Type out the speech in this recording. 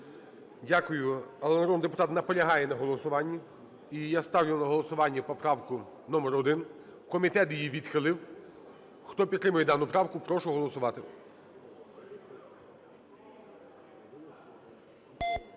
Дякую. Але народний депутат наполягає на голосуванні. І я ставлю на голосування поправку номер 1. Комітет її відхилив. Хто підтримує дану правку, прошу голосувати.